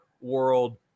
world